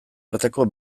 arteko